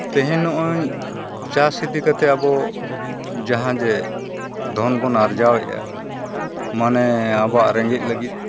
ᱛᱮᱦᱮᱧ ᱱᱚᱜᱼᱚᱭ ᱪᱟᱥ ᱤᱫᱤ ᱠᱟᱛᱮᱫ ᱟᱵᱚ ᱡᱟᱦᱟᱸ ᱡᱮ ᱫᱷᱚᱱ ᱵᱚᱱ ᱟᱨᱡᱟᱣᱮᱫᱼᱟ ᱢᱟᱱᱮ ᱟᱵᱚᱣᱟᱜ ᱨᱮᱸᱜᱮᱡ ᱞᱟᱹᱜᱤᱫ